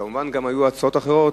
מובן שעלו גם הצעות אחרות,